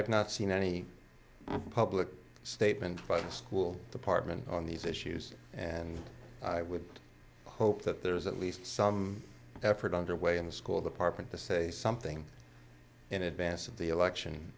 have not seen any public statement by the school department on these issues and i would hope that there's at least some effort underway in the school department to say something in advance of the election